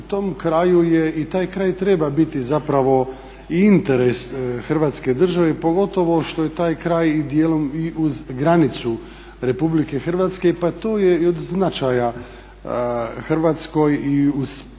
tom kraju. I taj kraj treba biti zapravo i interes Hrvatske države pogotovo što je taj kraj dijelom i uz granicu Republike Hrvatske, pa to je i od značaja Hrvatskoj i uz prave,